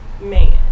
man